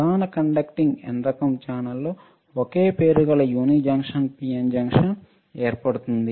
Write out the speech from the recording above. ప్రధాన conducting N రకం ఛానెల్లో ఒకే పేరు గల యూని జంక్షన్ పిఎన్ జంక్షన్ ఏర్పడుతుంది